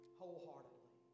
wholeheartedly